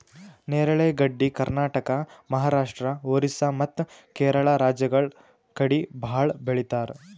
ನೇರಳೆ ಗಡ್ಡಿ ಕರ್ನಾಟಕ, ಮಹಾರಾಷ್ಟ್ರ, ಓರಿಸ್ಸಾ ಮತ್ತ್ ಕೇರಳ ರಾಜ್ಯಗಳ್ ಕಡಿ ಭಾಳ್ ಬೆಳಿತಾರ್